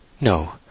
No